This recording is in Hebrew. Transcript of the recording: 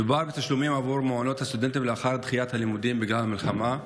מדובר בתשלומים עבור מעונות הסטודנטים לאחר דחיית הלימודים בגלל המלחמה.